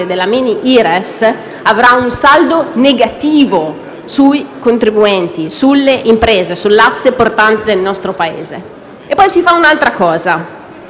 dalla mini Ires, avrà un saldo negativo sui contribuenti, sulle imprese, sull'asse portante del nostro Paese. Inoltre, si